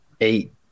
Eight